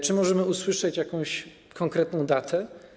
Czy możemy usłyszeć jakąś konkretną datę?